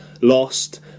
lost